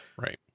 Right